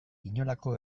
inolako